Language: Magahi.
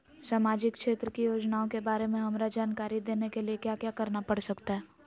सामाजिक क्षेत्र की योजनाओं के बारे में हमरा जानकारी देने के लिए क्या क्या करना पड़ सकता है?